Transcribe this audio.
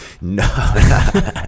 No